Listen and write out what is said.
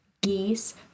geese